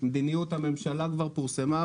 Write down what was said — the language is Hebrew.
מדיניות הממשלה כבר פורסמה,